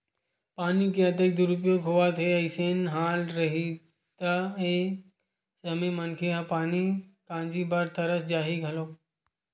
पानी के अतेक दुरूपयोग होवत हे अइसने हाल रइही त एक समे मनखे ह पानी काजी बर तरस जाही घलोक